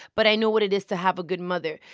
but i know what it is to have a good mother.